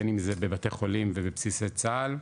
בין אם זה בבתי חולים ובבסיסי צה"ל,